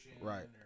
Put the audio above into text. right